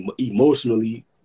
emotionally